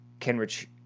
kenrich